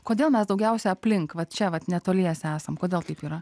kodėl mes daugiausiai aplink va čia vat netoliese esant kodėl taip yra